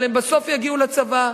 אבל הם בסוף יגיעו לצבא,